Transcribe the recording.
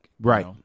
Right